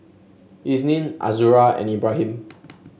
Isnin Azura and Ibrahim